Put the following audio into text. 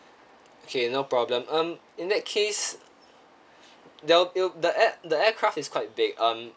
okay no problem um in that case there'll the air the aircraft is quite big um